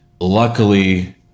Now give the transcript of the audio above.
Luckily